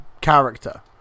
character